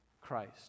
Christ